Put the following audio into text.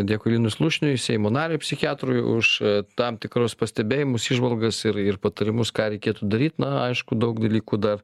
dėkui linui slušniui seimo nariui psichiatrui už tam tikrus pastebėjimus įžvalgas ir ir patarimus ką reikėtų daryt na aišku daug dalykų dar